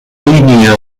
línia